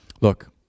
Look